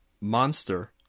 monster